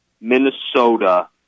Minnesota